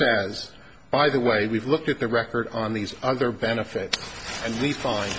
says by the way we've looked at the record on these other benefits and the fin